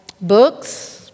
books